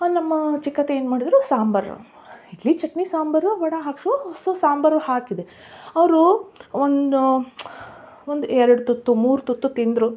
ನಮ್ಮ ಚಿಕ್ಕತ್ತೆ ಏನು ಮಾಡಿದರು ಸಾಂಬಾರು ಇಡ್ಲಿ ಚಟ್ನಿ ಸಾಂಬಾರು ವಡ ಹಾಸ್ಕೊ ಸೊ ಸಾಂಬಾರು ಹಾಕಿದೆ ಅವರು ಒಂದು ಒಂದು ಎರಡು ತುತ್ತು ಮೂರು ತುತ್ತು ತಿಂದರು